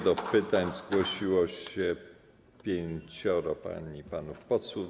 Do pytań zgłosiło się pięcioro pań i panów posłów.